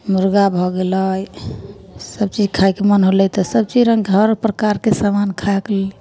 मुरगा भऽ गेलै सबचीज खाइके मोन होलै तऽ सबचीज रङ्ग हर प्रकारके समान खाइके